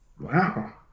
Wow